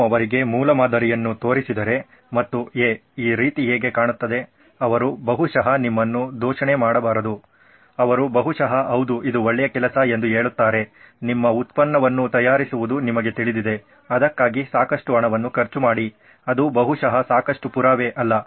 ನೀವು ಅವರಿಗೆ ಮೂಲಮಾದರಿಯನ್ನು ತೋರಿಸಿದರೆ ಮತ್ತು ಹೇ ಈ ರೀತಿ ಹೇಗೆ ಕಾಣುತ್ತದೆ ಅವರು ಬಹುಶಃ ನಿಮ್ಮನ್ನು ದೂಷಣೆ ಮಾಡಬಾರದು ಅವರು ಬಹುಶಃ ಹೌದು ಇದು ಒಳ್ಳೆಯ ಕೆಲಸ ಎಂದು ಹೇಳುತ್ತಾರೆ ನಿಮ್ಮ ಉತ್ಪನ್ನವನ್ನು ತಯಾರಿಸುವುದು ನಿಮಗೆ ತಿಳಿದಿದೆ ಅದಕ್ಕಾಗಿ ಸಾಕಷ್ಟು ಹಣವನ್ನು ಖರ್ಚು ಮಾಡಿ ಅದು ಬಹುಶಃ ಸಾಕಷ್ಟು ಪುರಾವೆ ಅಲ್ಲ